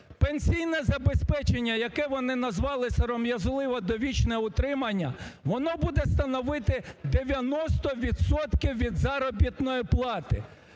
Пенсійне забезпечення, яке вони назвали сором'язливо "довічне утримання", воно буде становити 90 відсотків від заробітної плати.